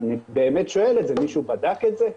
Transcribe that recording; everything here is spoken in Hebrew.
אני באמת שואל את זה, מישהו בדק את זה?